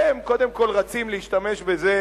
אז אתם קודם כול רצים להשתמש בזה